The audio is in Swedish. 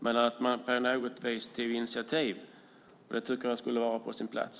Men att man på något vis tar ett initiativ tycker jag vore på sin plats.